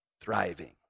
thriving